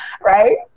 Right